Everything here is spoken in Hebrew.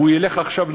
הוא ילך עכשיו,